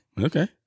Okay